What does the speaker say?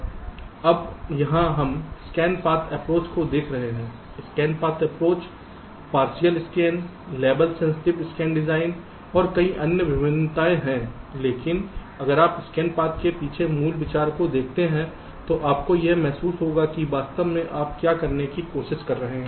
अब यहाँ हम स्कैन पाथ अप्रोच को देख रहे हैं scan path approach partial scan लेबल सेंसेटिव स्कैन डिजाइन और कई अन्य मे भिन्नताएं हैं लेकिन अगर आप स्कैन पथ के पीछे मूल विचार को देखते हैं तो आपको यह महसूस होगा कि वास्तव में आप क्या करने की कोशिश कर रहे हैं